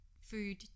food